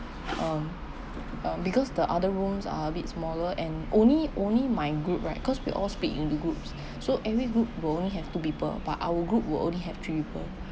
um um because the other rooms are a bit smaller and only only my group right cause we all split into groups so every group will only have two people but our group will only have three people